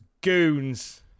goons